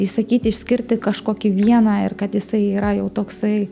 įsakyti išskirti kažkokį vieną ir kad jisai yra jau toksai